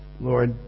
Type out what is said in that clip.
Lord